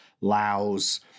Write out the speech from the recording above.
LAOs